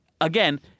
again